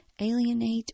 alienate